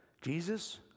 Jesus